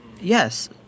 Yes